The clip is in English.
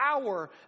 power